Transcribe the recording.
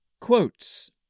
Quotes